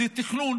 זה תכנון